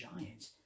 Giants